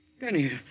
Danny